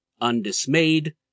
undismayed